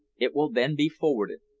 it will then be forwarded.